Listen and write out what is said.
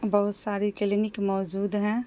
بہت ساری کلینک موجود ہیں